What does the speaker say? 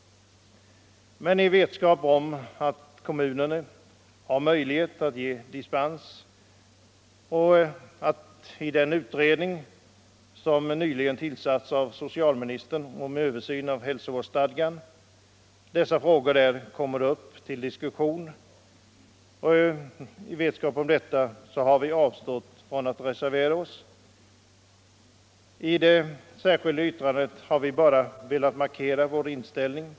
Men i vetskap om att kommunerna har möjlighet att ge dispens och att i den utredning som nyligen tillsatts av socialministern om översyn av hälsovårdsstadgan dessa frågor kommer att diskuteras, har vi avstått från att reservera oss. Med det särskilda yttrandet har vi velat markera vår inställning.